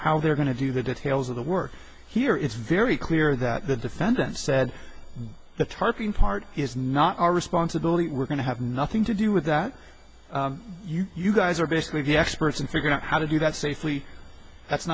how they're going to do the details of the work here it's very clear that the defendant said the tarkhan part is not our responsibility we're going to have nothing to do with that you guys are basically the experts and figure out how to do that safely that's